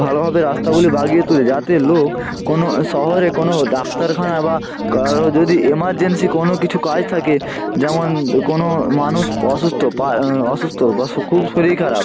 ভালোভাবে রাস্তাগুলি বাগিয়ে তুলে যাতে লোক কোনো শহরে কোনো ডাক্তারখানা বা কারো যদি এমারজেন্সি কোনো কিছু কাজ থাকে যেমন কোনো মানুষ অসুস্থ পা অসুস্থ বাস্ খুব শরীর খারাপ